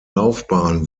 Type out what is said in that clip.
laufbahn